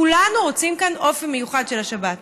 כולנו רוצים כאן אופי מיוחד של השבת,